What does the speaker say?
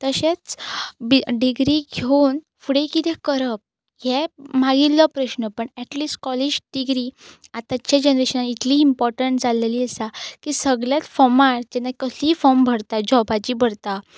तशेंच डिग्री घेवन फुडें कितें करप हें मागिल्लो प्रश्न पण ऍटलिस्ट कॉलेज डिग्री आतांच्या जनरेशनाक इतली इम्पॉर्टंट जाल्लेली आसा की सगल्याच फॉर्मार जेन्ना कसलीय फॉर्म भरता जॉबाची भरता